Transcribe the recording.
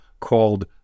called